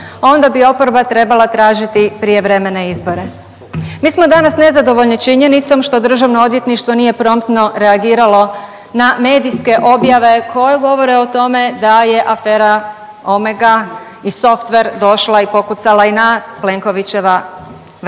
onda bi oporba trebala tražiti prijevremene izbore. Mi smo danas nezadovoljni činjenicom što Državno odvjetništvo nije promptno reagiralo na medijske objave koje govore o tome da je afera Omega i Softver došla i pokucala i na Plenkovićeva vrata.